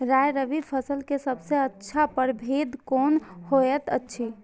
राय रबि फसल के सबसे अच्छा परभेद कोन होयत अछि?